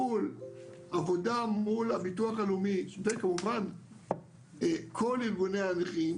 עבודה מול הביטוח הלאומי וכמובן כל ארגוני הנכים,